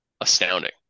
astounding